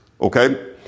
Okay